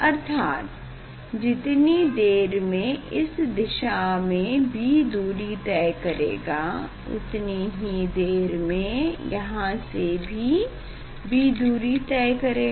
अर्थात जीतने देर में इस दिशा में b दूरी तय करेगा उतनी ही देर में यहाँ से भी b दूरी तय करेगा